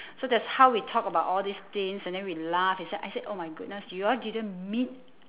so that's how we talk about all these things and then we laugh I said I said oh my goodness you all didn't meet